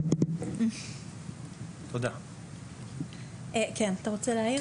אתה רוצה להעיר?